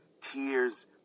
Tears